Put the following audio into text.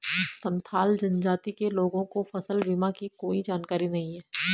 संथाल जनजाति के लोगों को फसल बीमा की कोई जानकारी नहीं है